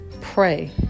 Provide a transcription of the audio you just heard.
pray